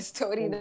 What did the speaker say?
Story